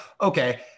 okay